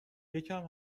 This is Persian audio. یکم